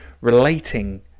relating